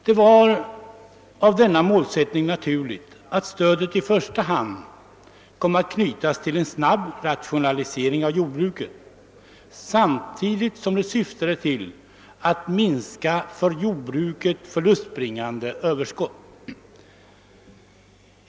Med denna målsättning var det naturligt att stödet i första hand kom att knytas till en snabb rationalisering av jordbruket samtidigt som syftet var att minska för jordbruket förlustbringande överskott.